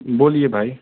बोलिए भाई